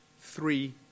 three